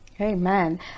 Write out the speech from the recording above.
Amen